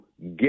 get